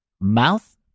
mouth